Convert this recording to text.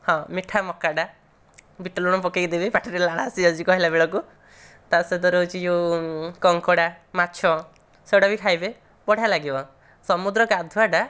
ହଁ ମିଠା ମକା ଟା ବିଟ ଲୁଣ ପକେଇ ଦେବେ ପାଟିରେ ଲାଳ ଆସିଯାଉଛି କହିଲା ବେଳକୁ ତା ସହିତ ରହୁଛି ଯେଉଁ କଙ୍କଡ଼ା ମାଛ ସେଇଟା ବି ଖାଇବେ ବଢ଼ିଆ ଲାଗିବ ସମୁଦ୍ର ଗାଧୁଆଟା